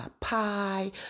pie